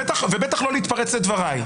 ובטח לא להתפרץ לדבריי.